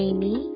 Amy